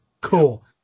Cool